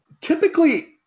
typically